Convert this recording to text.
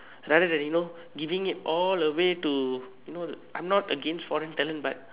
rather than you know giving it all away to you know I am not against foreign talent but